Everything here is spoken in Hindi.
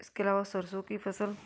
इसके अलावा सरसों की फसल